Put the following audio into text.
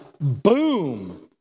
boom